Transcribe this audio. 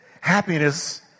Happiness